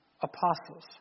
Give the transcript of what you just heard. apostles